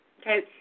Okay